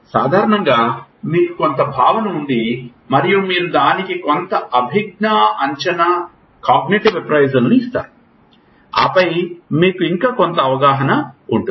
సాధారణంగా మీకు కొంత భావన ఉంది మరియు మీరు దానికి కొంత అభిజ్ఞా అంచనా కాగ్నిటివ్ అప్రైసల్ ను ఇస్తారు ఆపై మీకు ఇంకా కొంత అవగాహన ఉంటుంది